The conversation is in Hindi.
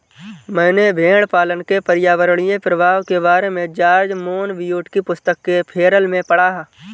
मैंने भेड़पालन के पर्यावरणीय प्रभाव के बारे में जॉर्ज मोनबियोट की पुस्तक फेरल में पढ़ा